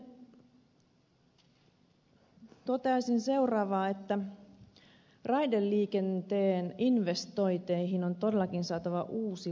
sitten toteaisin että raideliikenteen investointeihin on todellakin saatava uusi vaihde päälle